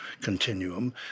continuum